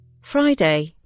Friday